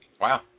Wow